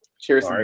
Cheers